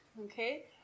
okay